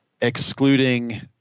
excluding